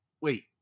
wait